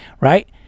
right